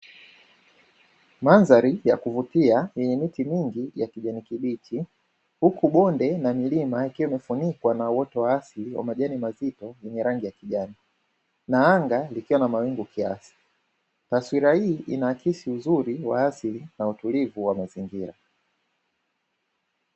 Mandhari ya kuvutia yenye miti mingi ya kijani kibichi huku bonde na milima, ikiwa imefunikwa na uoto wa asili wa majani mabichi ya rangi ya kijani na anga ikiwa na mawingu kiasi, taswira hii inaaksi uzuri wa asili na utulivu wa mazingira.